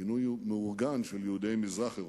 פינוי מאורגן של יהודי מזרח-אירופה,